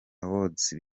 awards